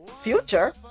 Future